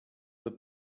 the